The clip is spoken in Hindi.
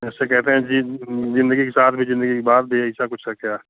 जैसे कहते है जी जिंदगी के साथ भी जिंदगी के बाद भी ऐसा कुछ है क्या